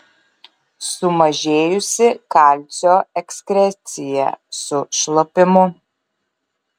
sumažėjusi kalcio ekskrecija su šlapimu